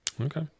Okay